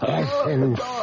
essence